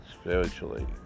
spiritually